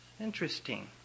Interesting